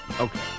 Okay